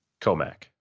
Comac